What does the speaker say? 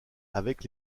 avec